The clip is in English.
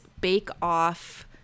bake-off